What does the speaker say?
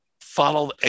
follow